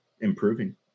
improving